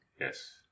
Yes